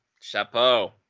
Chapeau